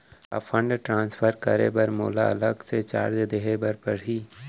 का fund transfer करे बर मोला अलग से चार्ज देहे बर परही?